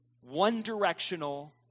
one-directional